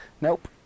Nope